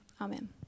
amen